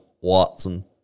Watson